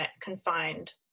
confined